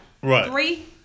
three